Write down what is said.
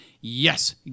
yes